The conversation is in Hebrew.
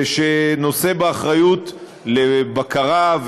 שנושא באחריות לבקרה,